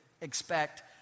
expect